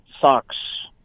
socks